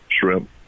shrimp